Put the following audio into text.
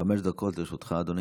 חמש דקות לרשותך, אדוני.